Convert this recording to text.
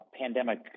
pandemic